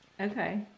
Okay